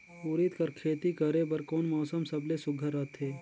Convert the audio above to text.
उरीद कर खेती करे बर कोन मौसम सबले सुघ्घर रहथे?